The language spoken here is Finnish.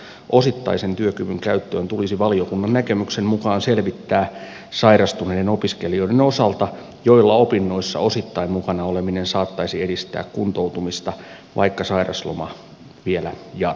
vastaavaa mahdollisuutta osittaisen työkyvyn käyttöön tulisi valiokunnan näkemyksen mukaan selvittää sairastuneiden opiskelijoiden osalta joilla opinnoissa osittain mukana oleminen saattaisi edistää kuntoutumista vaikka sairausloma vielä jatkuu